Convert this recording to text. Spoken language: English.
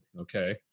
Okay